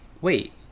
wait